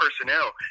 personnel